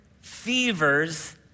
fevers